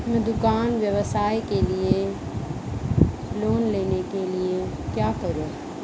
मैं दुकान व्यवसाय के लिए लोंन लेने के लिए क्या करूं?